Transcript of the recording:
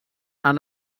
han